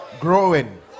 growing